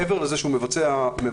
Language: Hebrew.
מעבר לזה שהוא מבצע היתוך,